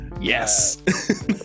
Yes